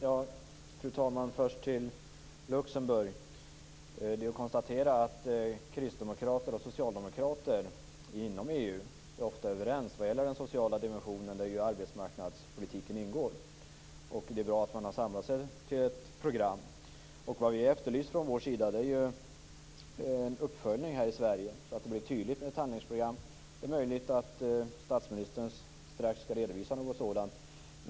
Fru talman! Först till Luxemburg. Kristdemokrater och socialdemokrater inom EU är ofta överens om den sociala dimensionen där arbetsmarknadspolitiken ingår. Det är bra att man har samlat sig till ett program. Vi efterlyser en uppföljning i Sverige med ett tydligt handlingsprogram. Det är möjligt att statsministern strax skall redovisa något sådant.